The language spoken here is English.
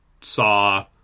saw